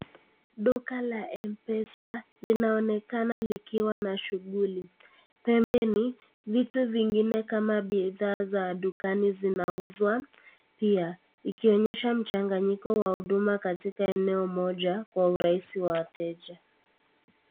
Duka la M-PESA linaonekana likiwa na shughuli. Pembeni vitu vingine kama bidhaa za dukani zinauzwa pia, ikionyesha mchanganyiko wa huduma katika eneo moja kwa urahisi wa wateja.